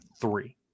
three